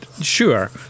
sure